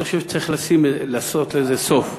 אני חושב שצריך לעשות לזה סוף.